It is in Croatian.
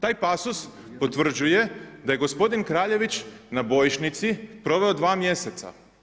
Taj pasos potvrđuje da je gospodin Kraljević na bojišnici proveo dva mjeseca.